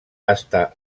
està